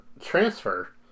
transfer